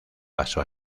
pasó